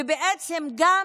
ובעצם, גם